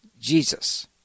Jesus